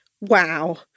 Wow